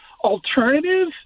alternative